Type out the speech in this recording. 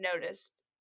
noticed